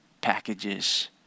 packages